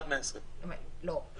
עד 120. לא.